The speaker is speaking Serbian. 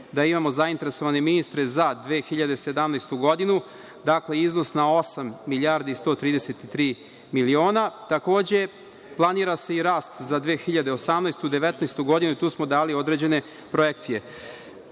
da imamo zainteresovane ministre za 2017. godinu, dakle, iznos na osam milijardi i 133 miliona. Takođe, planira se i rast za 2018. i 2019. godinu i tu smo dali određene projekcije. Dakle,